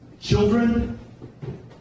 Children